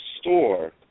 store